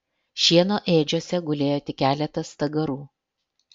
šieno ėdžiose gulėjo tik keletas stagarų